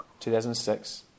2006